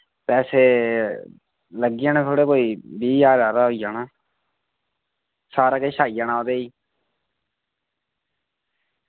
पैसे लग्गी जाना थोह्ड़ा कोई बीह् ज्हार हारा होई जाना सारा किश आई जाना ओह्दे ई